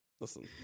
Listen